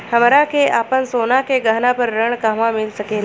हमरा के आपन सोना के गहना पर ऋण कहवा मिल सकेला?